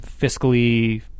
fiscally